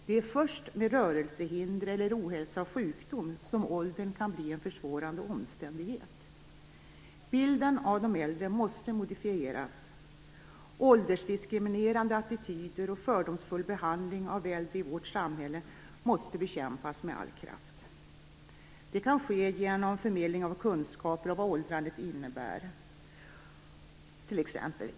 Det är först med rörelsehinder eller ohälsa och sjukdom som åldern kan bli en försvårande omständighet. Bilden av de äldre måste modifieras. Åldersdiskriminerande attityder och fördomsfull behandling av äldre i vårt samhälle måste bekämpas med all kraft. Det kan ske genom förmedling av kunskaper om vad åldrandet innebär, t.ex.